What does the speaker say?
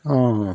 অঁ